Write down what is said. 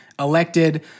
elected